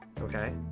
okay